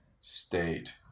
state